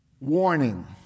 Warning